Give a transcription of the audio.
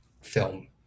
film